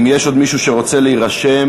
אם יש עוד מישהו שרוצה להירשם,